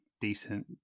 decent